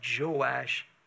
Joash